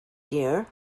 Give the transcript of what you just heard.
dear